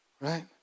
right